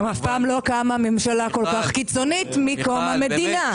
גם אף פעם לא קמה ממשלה כל כך קיצונית מאז קום המדינה,